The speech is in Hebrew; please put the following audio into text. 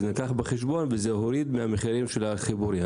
זה נלקח בחשבון וזה הוריד מהמחירים של החיבורים.